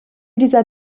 dieser